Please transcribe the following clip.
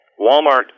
Walmart